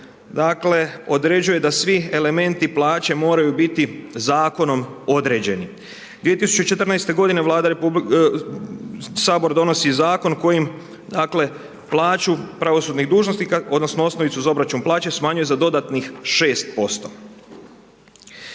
dakle određuje da svi elementi plaće moraju biti zakonom određeni. 2014. Vlada RH, Sabor donosi zakon kojim dakle plaću pravosudnih dužnosnika, odnosno osnovicu za obračun plaće smanjuje za dodatnih 6%.